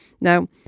Now